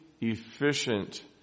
efficient